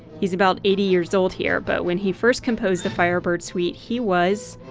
he's about eighty years old here, but when he first composed the firebird suite he was.